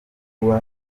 kuba